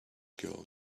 girl